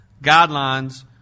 guidelines